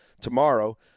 tomorrow